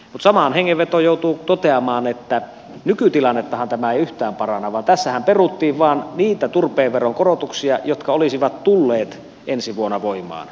mutta samaan hengenvetoon joutuu toteamaan että nykytilannettahan tämä ei yhtään paranna vaan tässähän peruttiin vain niitä turpeen veron korotuksia jotka olisivat tulleet ensi vuonna voimaan